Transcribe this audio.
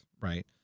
right